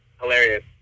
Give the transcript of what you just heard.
hilarious